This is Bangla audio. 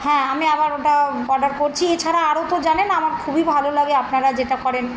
হ্যাঁ আমি আবার ওটা অর্ডার করছি এছাড়া আরও তো জানেন আমার খুবই ভালো লাগে আপনারা যেটা করেন